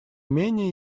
менее